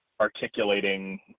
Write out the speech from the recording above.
articulating